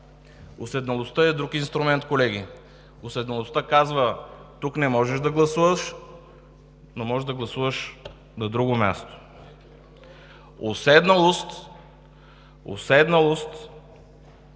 „Уседналостта“ е друг инструмент, колеги. „Уседналостта“ казва: тук не можеш да гласуваш, но можеш да гласуваш на друго място. „Уседналост“